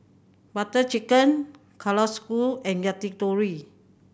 Butter Chicken Kalguksu and Yakitori